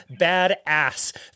badass